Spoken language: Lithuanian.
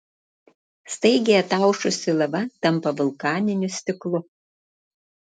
staigiai ataušusi lava tampa vulkaniniu stiklu